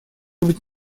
быть